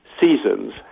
seasons